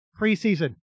preseason